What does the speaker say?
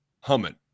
humming